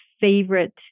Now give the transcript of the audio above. favorite